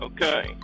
Okay